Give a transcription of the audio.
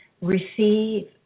receive